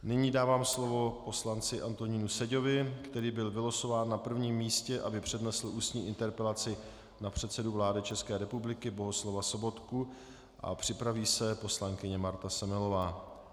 Nyní dávám slovo poslanci Antonínu Seďovi, který byl vylosován na prvním místě, aby přednesl ústní interpelaci na předsedu vlády České republiky Bohuslava Sobotku, a připraví se poslankyně Marta Semelová.